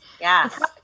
Yes